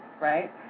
right